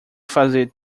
fazer